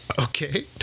Okay